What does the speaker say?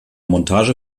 montage